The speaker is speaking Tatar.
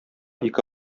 ике